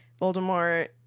Voldemort